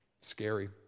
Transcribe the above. Scary